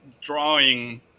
drawing